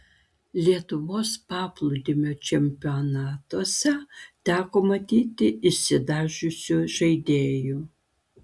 lietuvos paplūdimio čempionatuose teko matyti išsidažiusių žaidėjų